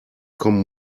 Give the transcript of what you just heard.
kommen